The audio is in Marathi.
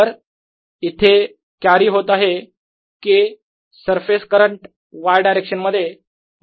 तर इथे कॅरी होत आहे K रफेस करंट Y डायरेक्शनमध्ये